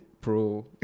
pro